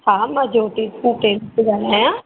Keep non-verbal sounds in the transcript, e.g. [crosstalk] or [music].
हा मां ज्योती [unintelligible] थी ॻाल्हायां